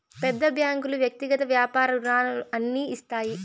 పెద్ద బ్యాంకులు వ్యక్తిగత వ్యాపార రుణాలు అన్ని ఇస్తాయి